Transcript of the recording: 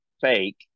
fake